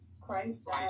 Christ